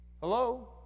hello